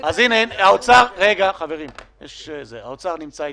נציג משרד האוצר נמצא איתנו,